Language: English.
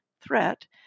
threat